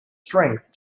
strength